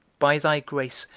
by thy grace,